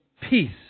Peace